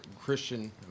christian